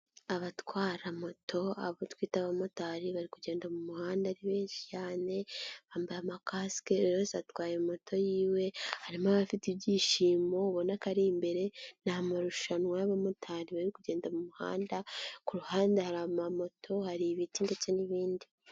Abatwara moto abo twita abamotari bari kugenda mu muhanda ari bensho cyane, bambaye amakasike, bur wese atwaye moto y'iwe, harimo abafite ibyishimo ubona ko ari imbere, ni amarushanwa y'abamotari bari kugenda mu muhanda, ku ruhande hari amamoto, hari ibiti ndetse n'ibindi.